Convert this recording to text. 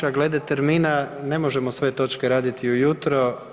A glede termina, ne možemo sve točke raditi u jutro.